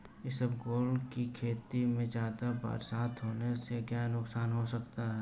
इसबगोल की खेती में ज़्यादा बरसात होने से क्या नुकसान हो सकता है?